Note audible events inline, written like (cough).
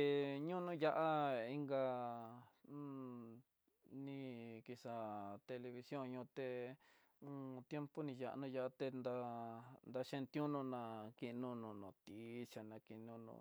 Hé ñoño da'a inka (hesitation) ni kixa'a té, televición ñoo té iempo ni ya'á no ya'á tendá dachenti uno ná, kinono noticiá na kinono